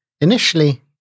Initially